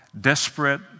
desperate